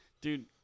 Dude